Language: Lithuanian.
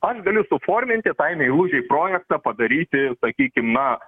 aš galiu suforminti tai meilužei projektą padaryti sakykim na